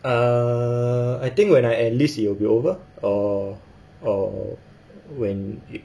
err I think when I enlist it will be over or or when